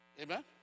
Amen